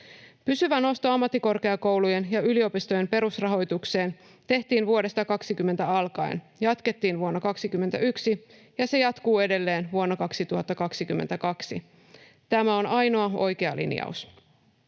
Pysyvä nosto ammattikorkeakoulujen ja yliopistojen perusrahoitukseen tehtiin vuodesta 20 alkaen. Sitä jatkettiin vuonna 21, ja se jatkuu edelleen vuonna 2022. Tämä on ainoa oikea linjaus.